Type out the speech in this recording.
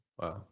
Wow